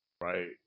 Right